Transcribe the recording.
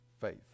faith